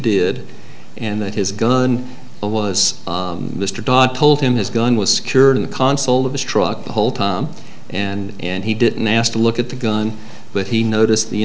did and that his gun was mr dodd told him his gun was secure in the console of his truck the whole time and and he didn't ask to look at the gun but he noticed the